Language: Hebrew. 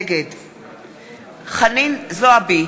נגד חנין זועבי,